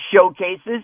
showcases